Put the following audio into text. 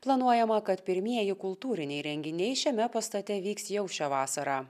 planuojama kad pirmieji kultūriniai renginiai šiame pastate vyks jau šią vasarą